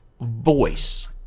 voice